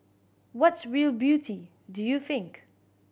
what's real beauty do you think